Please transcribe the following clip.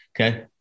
Okay